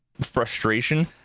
frustration